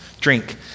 drink